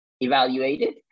evaluated